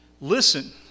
Listen